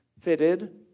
fitted